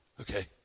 Okay